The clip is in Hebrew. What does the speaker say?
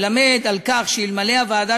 מלמד על כך שאלמלא הוועדה,